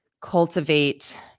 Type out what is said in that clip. cultivate